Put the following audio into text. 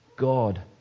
God